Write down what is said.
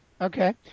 okay